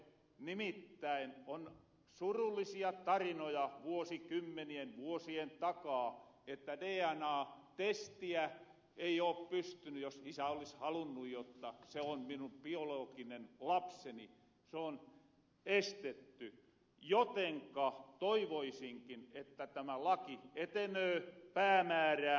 nimittäin on surullisia tarinoja vuosikymmenien vuosien takaa että dna testiä ei oo pystyny saamahan jos isä olis halunnu toristaa jotta se on minun biolooginen lapseni se on estetty jotenka toivoisinkin että tämä laki etenöö päämäärään